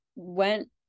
Went